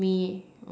me